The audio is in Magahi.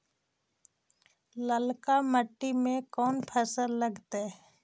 ललका मट्टी में कोन फ़सल लगतै?